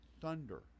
thunder